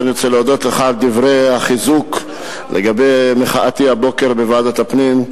אני רוצה להודות לך על דברי החיזוק לגבי מחאתי הבוקר בוועדת הפנים.